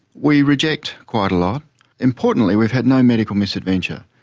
we reject quite a lot importantly we've had no medical misadventure.